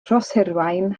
rhoshirwaun